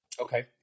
Okay